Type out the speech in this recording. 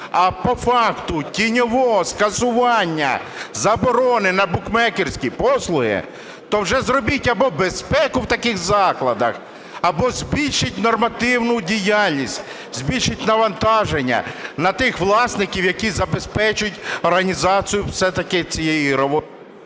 а по факту тіньового скасування заборони на букмекерські послуги, то вже зробіть або безпеку в таких закладах, або збільшіть нормативну діяльність, збільшіть навантаження на тих власників, які забезпечать організацію все-таки цієї…